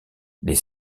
les